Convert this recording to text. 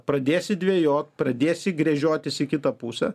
pradėsi dvejot pradėsi gręžiotis į kitą pusę